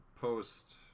post